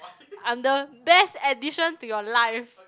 I'm the best addition to your life